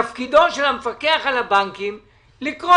תפקידו של המפקח על הבנקים הוא לקרוא